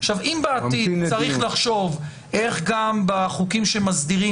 ולכן הוא צריך למנוע את זה.